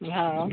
हँ